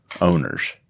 owners